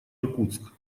иркутск